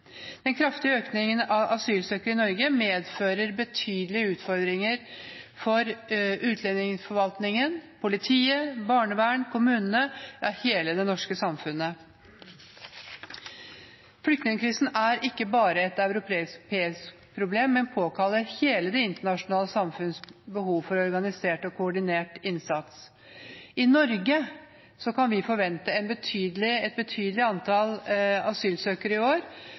Den kraftige økningen av asylsøkere i Norge medfører betydelige utfordringer for utlendingsforvaltningen, politiet, barnevernet, kommunene – ja, for hele det norske samfunnet. Flyktningkrisen er ikke bare et europeisk problem, men påkaller hele det internasjonale samfunns behov for organisert og koordinert innsats. I Norge kan vi forvente et betydelig antall asylsøkere i år